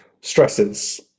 stresses